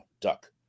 Duck